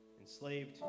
enslaved